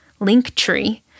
linktree